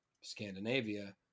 Scandinavia